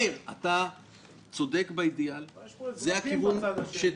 ניר, אתה צודק באידיאל, זה הכיוון שצריך,